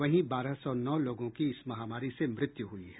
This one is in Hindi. वहीं बारह सौ नौ लोगों की इस महामारी से मृत्यु हुई है